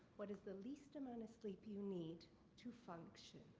what is the least amount of sleep you need to function?